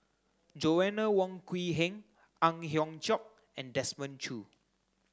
Joanna Wong Quee Heng Ang Hiong Chiok and Desmond Choo